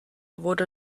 wurde